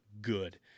good